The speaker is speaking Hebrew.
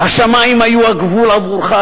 השמים היו הגבול עבורך.